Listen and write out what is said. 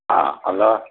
ஆ hello